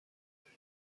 فردی